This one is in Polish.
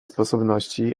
sposobności